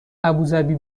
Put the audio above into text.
ابوذبی